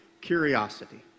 curiosity